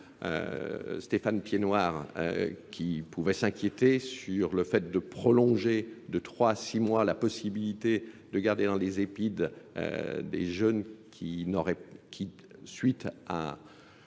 Stéphane Piednoir qui pouvait s'inquiéter sur le fait de prolonger de trois à six mois la possibilité de garder dans les épides des jeunes qui, suite à